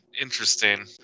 interesting